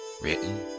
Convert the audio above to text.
written